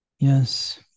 Yes